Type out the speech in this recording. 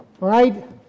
Right